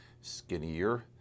skinnier